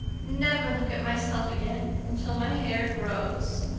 never look at myself again until my hair grows,